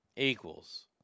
Equals